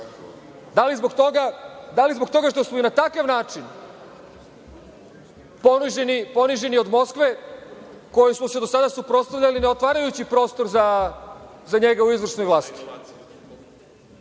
Da li zbog toga što smo i na takav način poniženi od Moskve, kojoj smo se do sada suprotstavljali, ne otvarajući prostor za njega u izvršnoj vlasti? Što